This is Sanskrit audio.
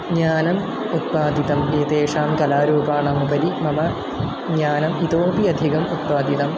ज्ञानम् उत्पादितम् एतेषां कलारूपाणामुपरि मम ज्ञानम् इतोपि अधिकम् उत्पादितम्